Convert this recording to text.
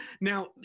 now